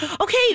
Okay